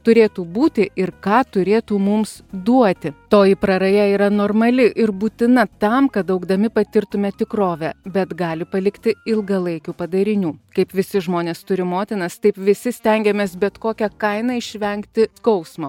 turėtų būti ir ką turėtų mums duoti toji praraja yra normali ir būtina tam kad augdami patirtume tikrovę bet gali palikti ilgalaikių padarinių kaip visi žmonės turi motinas taip visi stengiamės bet kokia kaina išvengti skausmo